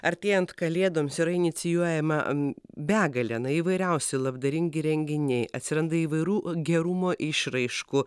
artėjant kalėdoms yra inicijuojama begalė na įvairiausi labdaringi renginiai atsiranda įvairių gerumo išraiškų